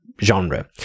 genre